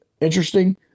interesting